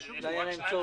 חשוב לדעת.